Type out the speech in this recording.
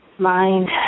Mind